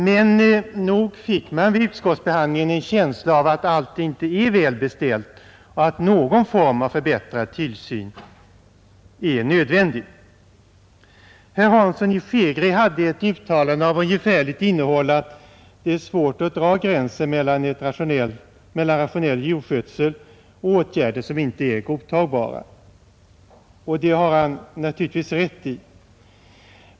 Men nog fick man vid utskottsbehandlingen en känsla av att allt inte är väl beställt och att någon form av förbättrad tillsyn är nödvändig. Herr Hansson i Skegrie gjorde ett uttalande av ungefärligt innehåll att det är svårt att dra gränsen mellan rationell djurskötsel och åtgärder som inte är godtagbara. Det har han naturligtvis rätt i.